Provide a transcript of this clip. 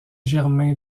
germain